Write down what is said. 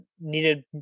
needed